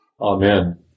Amen